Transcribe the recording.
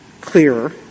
clearer